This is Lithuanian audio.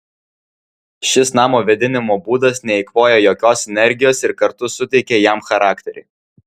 šis namo vėdinimo būdas neeikvoja jokios energijos ir kartu suteikia jam charakterį